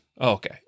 Okay